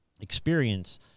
experience